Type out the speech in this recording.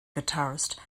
guitarist